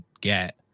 get